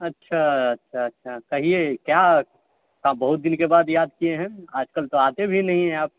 अच्छा अच्छा कहिए क्या बहुत दिनके बाद याद किए हैं आजकल तो आते भी नही है आप